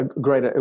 great